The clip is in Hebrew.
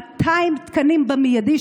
200 תקנים במיידי,